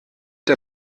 der